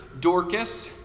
Dorcas